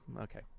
Okay